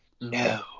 no